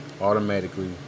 automatically